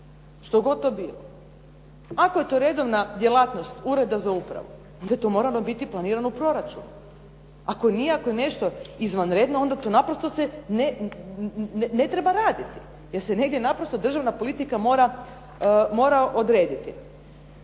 što god to bilo. Ako je to redovna djelatnost ureda za upravu, onda je to moralo biti planirano proračunom. Ako nije, ako je nešto izvanredno, onda to naprosto se ne treba raditi jer se negdje naprosto državna politika mora odrediti.